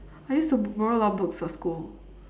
I used to bo~ borrow a lot of books for school